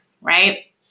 right